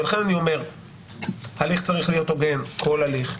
ולכן אני אומר שהליך צריך להיות הוגן, כל הליך.